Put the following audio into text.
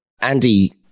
Andy